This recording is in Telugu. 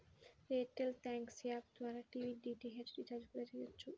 ఎయిర్ టెల్ థ్యాంక్స్ యాప్ ద్వారా టీవీ డీటీహెచ్ రీచార్జి కూడా చెయ్యొచ్చు